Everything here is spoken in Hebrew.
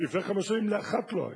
לפני חמש שנים לאחת לא היה.